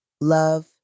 love